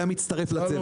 היה מצטרף לצוות.